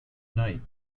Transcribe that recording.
night